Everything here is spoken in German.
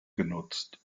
genutzt